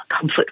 comfort